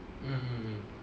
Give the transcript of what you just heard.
mm mm mm